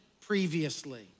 previously